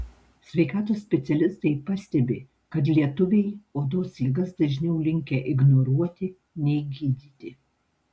sveikatos specialistai pastebi kad lietuviai odos ligas dažniau linkę ignoruoti nei gydyti